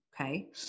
Okay